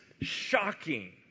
shocking